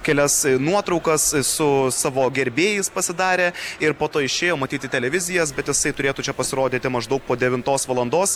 kelias nuotraukas su savo gerbėjais pasidarė ir po to išėjo matyt į televizijas bet jisai turėtų čia pasirodyti maždaug po devintos valandos